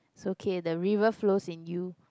it's okay the river-flows-in-you